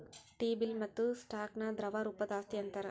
T bill ಮತ್ತ stock ನ ದ್ರವ ರೂಪದ್ ಆಸ್ತಿ ಅಂತಾರ್